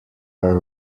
are